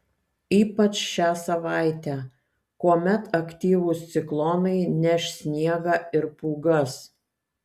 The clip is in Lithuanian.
ypač šią savaitę kuomet aktyvūs ciklonai neš sniegą ir pūgas